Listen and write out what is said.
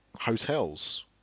hotels